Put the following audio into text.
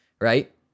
right